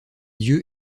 dieux